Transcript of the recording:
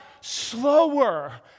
slower